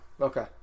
Okay